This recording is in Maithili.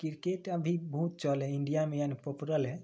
तऽ क्रिकेट अभी बहुत चलऽ हय इण्डिया मे यानि पॉपुरल हय